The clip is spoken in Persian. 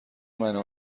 منه